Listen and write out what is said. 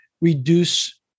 reduce